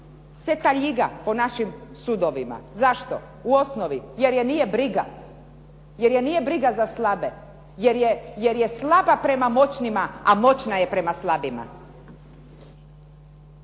ljiga po našim sudovima. Zašto u osnovi? Jer je nije briga, jer je nije briga za slabe, jer je slaba prema moćnima a moćna je prema slabima.